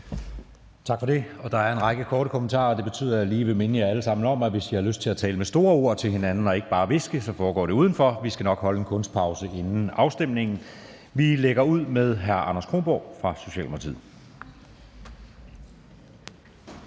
Tak for det. Der er en række korte bemærkninger. Det betyder, at jeg lige vil minde jer alle sammen om, at hvis I har lyst til at tale med store ord til hinanden og ikke bare hviske, foregår det udenfor. Vi skal nok holde en kunstpause inden afstemningen. Vi lægger ud med hr. Anders Kronborg fra Socialdemokratiet.